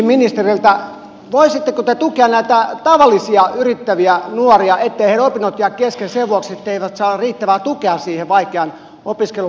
voisitteko te tukea näitä tavallisia yrittäviä nuoria etteivät heidän opintonsa jää kesken sen vuoksi että he eivät saa riittävää tukea siihen vaikeaan opiskelu tai elämäntilanteeseensa